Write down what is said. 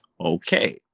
Okay